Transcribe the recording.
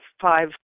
five